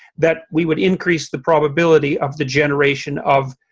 that we would increase the probability of the generation of